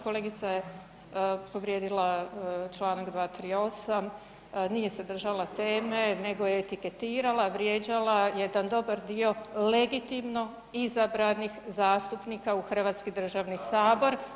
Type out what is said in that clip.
Kolegica je povrijedila članak 238. nije se držala teme, nego je etiketirala, vrijeđala jedan dobar dio legitimno izabranih zastupnika u Hrvatski državni sabor.